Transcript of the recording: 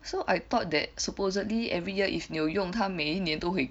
so I thought that supposedly every year if 有用他每一年都会